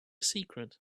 secret